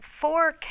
four